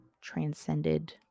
transcended